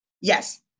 Yes